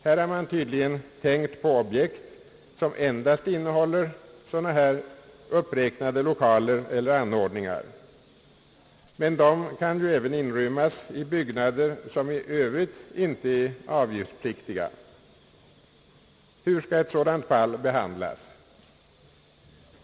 Här har man tydligen tänkt på objekt som endast innehåller lokaler eller anordningar av här uppräknade slag. Men de kan ju även inrymmas i byggnader som i Övrigt inte är avgiftspliktiga. Hur skall ett sådant fall behandlas?